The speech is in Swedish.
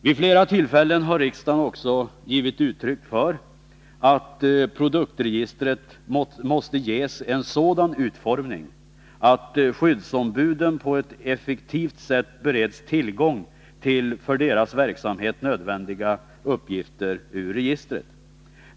Vid flera tillfällen har riksdagen också givit uttryck för att produktregistret måste ges en sådan utformning att skyddsombuden på ett effektivt sätt bereds tillgång till för deras verksamhet nödvändiga uppgifter ur registret.